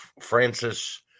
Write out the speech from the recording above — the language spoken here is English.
Francis